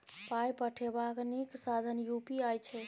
पाय पठेबाक नीक साधन यू.पी.आई छै